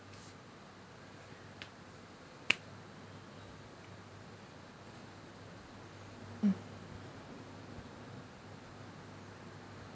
mm